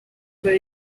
for